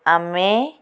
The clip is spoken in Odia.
ଆମେ